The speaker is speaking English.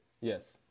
Yes